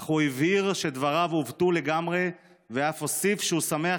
אך הוא הבהיר שדבריו עוותו לגמרי ואף הוסיף שהוא שמח